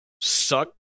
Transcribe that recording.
suck